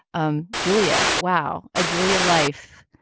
um julia wow. a julia life